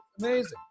amazing